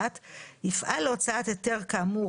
ואם כך,